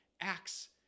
acts